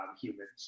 humans